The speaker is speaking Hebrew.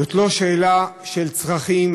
זאת לא שאלה של צרכים,